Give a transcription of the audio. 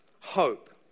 hope